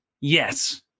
Yes